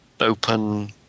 open